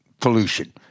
pollution